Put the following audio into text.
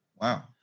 Wow